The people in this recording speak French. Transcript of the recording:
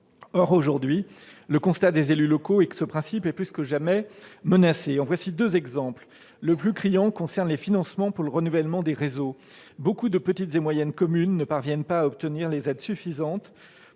Or les élus locaux constatent aujourd'hui que ce principe est plus que jamais menacé. J'en donnerai deux exemples. Le plus criant concerne les financements nécessaires au renouvellement des réseaux : beaucoup de petites et moyennes communes ne parviennent pas à obtenir les aides suffisantes